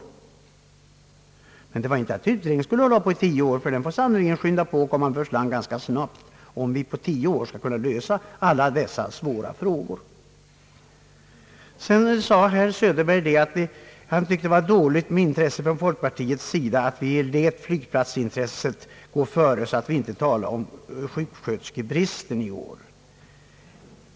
Men jag sade inte att utredningen skulle hålla på i tio år, ty den får sannerligen skynda på och komma med förslag ganska snart, om vi på tio år sedan skall kunna lösa alla dessa svåra frågor. Herr Söderberg sade att han tyckte att det var dåligt med intresset från folkpartiets sida, eftersom vi lät flygplatsintresset gå före, så att vi inte talade om sjuksköterskebristen i år.